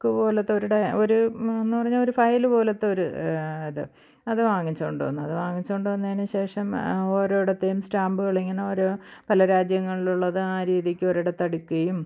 book പോലത്തെ ഒരു ഒരു എന്ന് പറഞ്ഞാൽ ഒരു ഫയല് പോലത്തെ ഒരു ഇത് അത് വാങ്ങിച്ചു കൊണ്ടു വന്ന് അത് വാങ്ങിച്ചു കൊണ്ടുവന്നതിന് ശേഷം ഓരോ ഇടത്തും സ്റ്റാമ്പുകൾ ഇങ്ങനെ ഒരോ പല രാജ്യങ്ങളുള്ളത് ആ രീതിക്ക് ഒരു ഇടത്ത് അടയ്ക്കുകയും